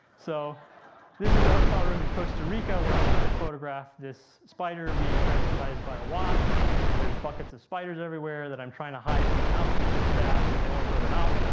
so this is a hotel room in costa rica, where i'm trying to photograph this spider being parasitized by a wasp there's buckets of spiders everywhere that i'm trying to hide from the housekeeping staff so they won't throw them out.